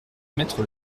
émettre